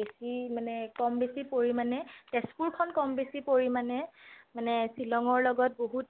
বেছি মানে কম বেছি পৰিমাণে তেজপুৰখন কম বেছি পৰিমাণে মানে শ্বিলঙৰ লগত বহুত